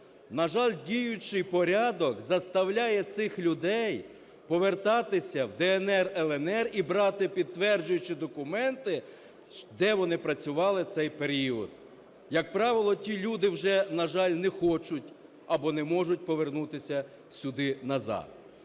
На жаль, діючий порядок заставляє цих людей повертатися в "ДНР-ЛНР" і брати підтверджуючі документи, де вони працювали цей період. Як правило, ті люди вже, на жаль, не хочуть або не можуть повернутися сюди назад.